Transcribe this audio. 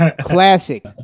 Classic